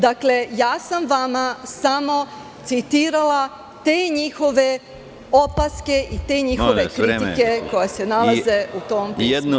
Dakle, vama sam samo citirala te njihove opaske i te njihove kritike koje se nalaze u tom pismu.